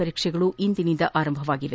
ಪರೀಕ್ಷೆಗಳು ಇಂದಿನಿಂದ ಆರಂಭವಾಗಿದೆ